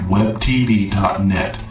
WebTV.net